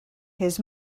his